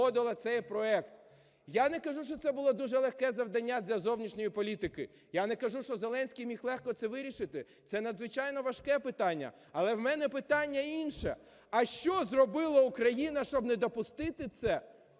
Я не кажу, що це було дуже легке завдання для зовнішньої політики, я не кажу, що Зеленський міг легко це вирішити, це надзвичайно важке питання. Але в мене питання інше. А що зробила Україна, щоб не допустити це?